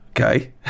Okay